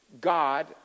God